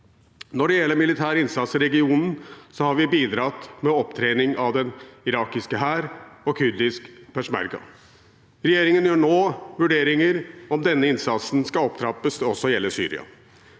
Når det gjelder militær innsats i regionen, har vi bidratt med opptrening av den irakiske hær og kurdisk peshmerga. Regjeringen gjør nå vurderinger av om denne innsatsen skal opptrappes til også å gjelde